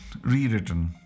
rewritten